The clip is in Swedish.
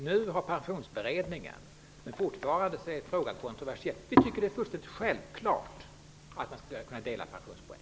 Nu har Pensionsberedningen tagit upp frågan, men den är fortfarande kontroversiell. Vi tycker att det är fullständigt självklart att man skall kunna dela pensionspoäng.